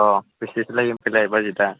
अ बेसेथो लायो आमफ्रायलाय बाजेटआ